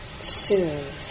Soothe